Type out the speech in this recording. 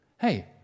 Hey